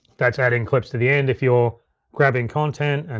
that's adding clips to the end if you're grabbing content and